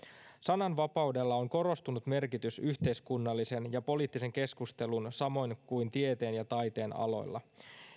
sananvapaudella on korostunut merkitys yhteiskunnallisen ja poliittisen keskustelun samoin kuin tieteen ja taiteen aloilla